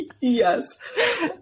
yes